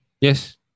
yes